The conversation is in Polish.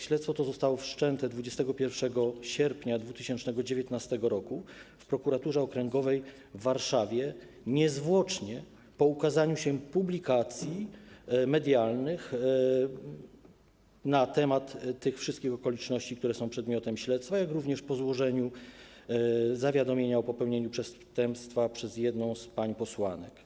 Śledztwo to zostało wszczęte 21 sierpnia 2019 r. w Prokuraturze Okręgowej w Warszawie niezwłocznie po ukazaniu się publikacji medialnych na temat tych wszystkich okoliczności, które są przedmiotem śledztwa, jak również po złożeniu zawiadomienia o popełnieniu przestępstwa przez jedną z pań posłanek.